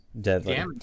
deadly